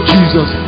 Jesus